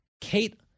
Kate